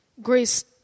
grace